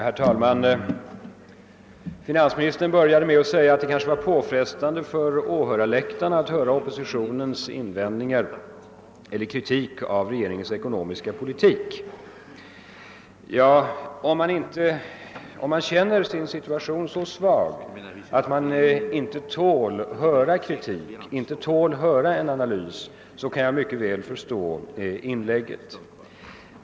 Herr talman! Finansministern började med att säga att det kanske var påfrestande för dem som lyssnar på åhörarläktarna att höra oppositionens kritik av regeringens ekonomiska politik. Om man känner sin situation vara så svag att man inte tål höra kritik, inte tål höra en analvs, kan jag mycket väl förstå inlägget.